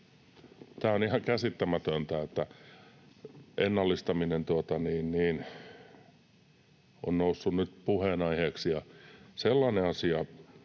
Tämä on ihan käsittämätöntä, että ennallistaminen on noussut nyt puheenaiheeksi.